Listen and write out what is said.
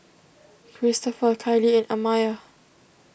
Cristopher Kyleigh and Amaya